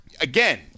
again